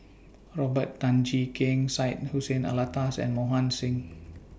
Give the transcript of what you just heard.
Robert Tan Jee Keng Syed Hussein Alatas and Mohan Singh